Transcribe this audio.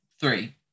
Three